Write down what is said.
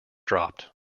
dropped